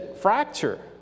fracture